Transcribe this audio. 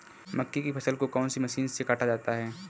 मक्के की फसल को कौन सी मशीन से काटा जाता है?